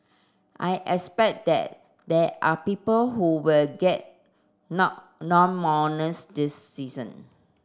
I expect that there are people who will get no no bonus this season